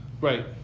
Right